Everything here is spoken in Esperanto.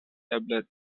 eble